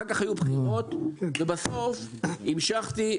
אחר כך היו בחירות ובסוף המשכתי,